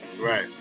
Right